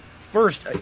First